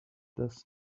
does